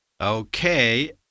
Okay